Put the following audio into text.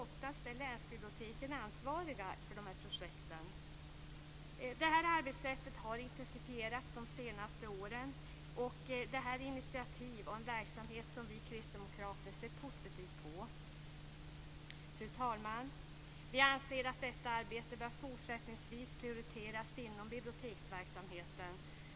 Oftast är länsbiblioteken ansvariga för projekten. Detta arbetssätt har intensifierats under de senaste åren. Detta är ett initiativ och en verksamhet som vi kristdemokrater ser positivt på. Fru talman!